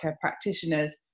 practitioners